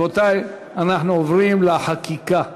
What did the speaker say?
רבותי, אנחנו עוברים לחקיקה.